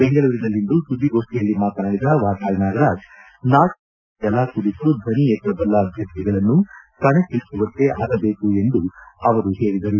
ಬೆಂಗಳೂರಿನಲ್ಲಿಂದು ಸುದ್ದಿಗೋಷ್ಠಿಯಲ್ಲಿ ಮಾತನಾಡಿದ ವಾಟಾಳ್ ನಾಗರಾಜ್ ನಾಡಿನ ಭಾಷೆ ನೆಲ ಜಲ ಕುರಿತು ಧ್ವನಿ ಎತ್ತಬಲ್ಲ ಅಭ್ಯರ್ಥಿಗಳನ್ನು ಕಣಕ್ಕಿಳಿಸುವಂತೆ ಆಗಬೇಕು ಎಂದು ಅವರು ತಿಳಿಸಿದರು